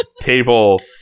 table